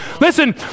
Listen